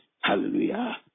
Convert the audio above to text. hallelujah